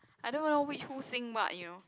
I don't even know which who sing what you know